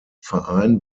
verein